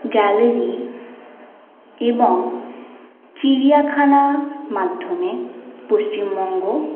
gallery এবং চিড়িয়াখানার মাধ্যমে পশ্চিমবঙ্গ